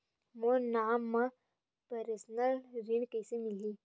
मोर नाम म परसनल ऋण कइसे मिलही?